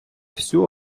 всю